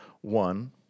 one